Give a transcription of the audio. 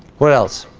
where else